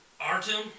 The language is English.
Artem